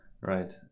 Right